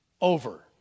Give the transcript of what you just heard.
over